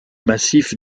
massif